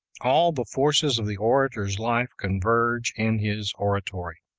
all the forces of the orator's life converge in his oratory.